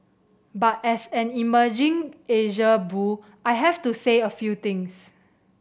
but as an emerging Asia bull I have to say a few things